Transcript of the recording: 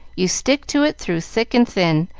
you stick to it through thick and thin,